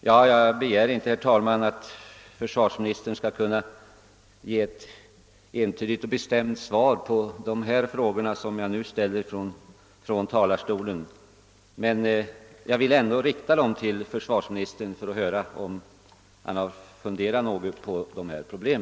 Jag begär inte, herr talman, att försvarsministern skall ge ett entydigt och bestämt svar på dessa frågor som jag nu ställer från talarstolen. Men jag har ändå velat rikta dem till försvarsministern för att få höra, om han har funderat något på dessa problem.